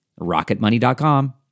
rocketmoney.com